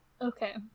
okay